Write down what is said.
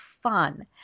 fun